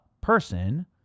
person